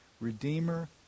redeemer